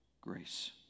grace